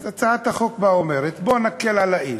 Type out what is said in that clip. אז הצעת החוק אומרת: בוא נקל על האיש,